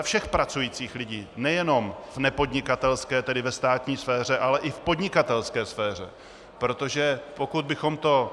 Všech pracujících lidí, nejenom v nepodnikatelské, tedy v státní sféře, ale i v podnikatelské sféře, protože pokud bychom to...